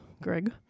Greg